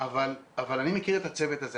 אבל אני מכיר את הצוות הזה,